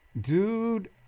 Dude